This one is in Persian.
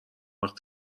وقتی